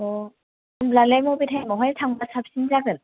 अ होमब्लालाय मबे टाइमावहाय थांब्ला साबसिन जागोन